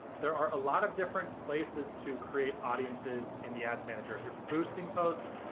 there are a lot of different places to create audiences in the ads manager. if you're boosting posts,